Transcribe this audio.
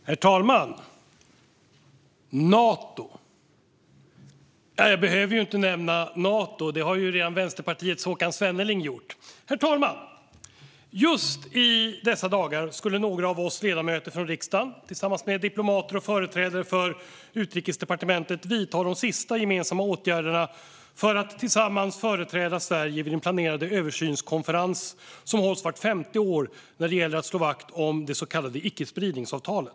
Herr talman! Jag behöver inte nämna Nato. Det har redan Vänsterpartiets Håkan Svenneling gjort. Herr talman! Just i dessa dagar skulle några av oss ledamöter från riksdagen, tillsammans med diplomater och företrädare för Utrikesdepartementet, vidta de sista gemensamma åtgärderna för att tillsammans företräda Sverige vid den planerade översynskonferens som hålls vart femte år när det gäller att slå vakt om det så kallade icke-spridningsavtalet.